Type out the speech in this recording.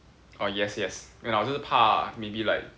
err yes yes 没有啦我就是怕 maybe like